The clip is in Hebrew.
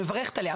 מברכת עליה,